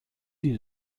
die